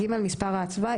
(ג) מספר האצווה,